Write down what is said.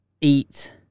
...eat